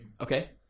Okay